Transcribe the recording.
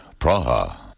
Praha